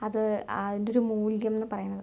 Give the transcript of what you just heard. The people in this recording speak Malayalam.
അത് അ അതിൻ്റെ ഒരു മൂല്യം എന്ന് പറയുന്നത്